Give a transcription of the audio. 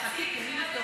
חכי, תני לי לבדוק.